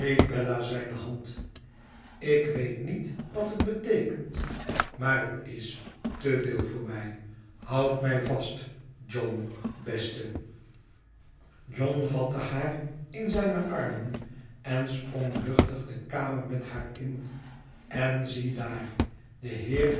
zijne hand tik weet niet wat het beteekent maar het is teveel voor mij houd mij vast john beste john vatte haar in zijne armen en sprong luchtigde kamer met haar in n ziedaar de heer